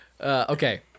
Okay